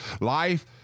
life